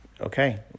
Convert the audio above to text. okay